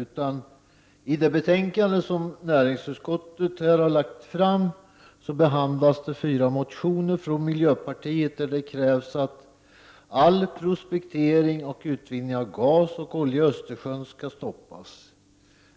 I det aktuella betänkan det, som utskottet har lagt fram, behandlas fyra motioner från miljöpartiet, » där det krävs att all prospektering och utvinning av gas och olja i Östersjön skall stoppas.